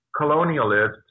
colonialist